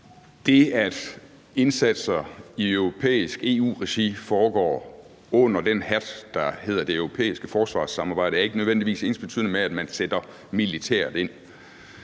Det, at indsatser i europæisk EU-regi foregår under den hat, der hedder det europæiske forsvarssamarbejde, er ikke nødvendigvis ensbetydende med, at man sætter militært ind.